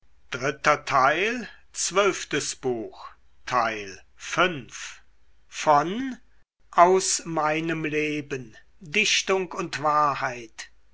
leben dichtung und wahrheit